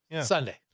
Sunday